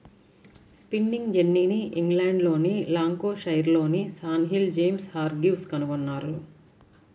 spinning జెన్నీని ఇంగ్లండ్లోని లంకాషైర్లోని స్టాన్హిల్ జేమ్స్ హార్గ్రీవ్స్ కనుగొన్నారు